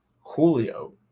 Julio